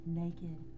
naked